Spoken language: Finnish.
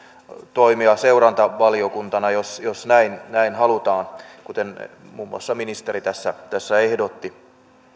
toimia seurantavaliokuntana jos jos näin näin halutaan kuten muun muassa ministeri tässä tässä ehdotti